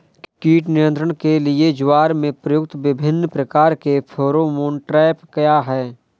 कीट नियंत्रण के लिए ज्वार में प्रयुक्त विभिन्न प्रकार के फेरोमोन ट्रैप क्या है?